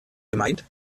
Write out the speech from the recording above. gemeint